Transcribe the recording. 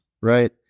right